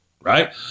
Right